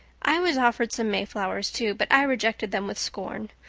i was offered some mayflowers too, but i rejected them with scorn.